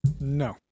No